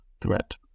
threat